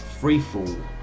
Freefall